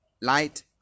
light